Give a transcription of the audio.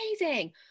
amazing